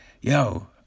yo